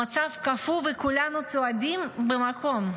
המצב קפוא, וכולנו צועדים במקום.